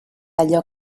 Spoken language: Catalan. allò